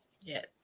yes